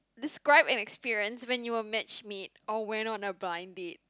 describe an experience when you were match made or went on a blind date